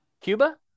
Cuba